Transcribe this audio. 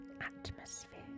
Atmosphere